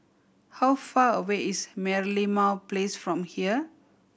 how far away is Merlimau Place from here